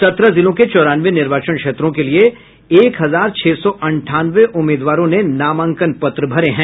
सत्रह जिलों के चौरानवे निर्वाचन क्षेत्रों के लिए एक हजार छह सौ अंठानवे उम्मीदवारों ने नामांकन पत्र भरे हैं